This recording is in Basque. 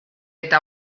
eta